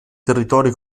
territori